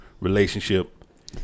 Relationship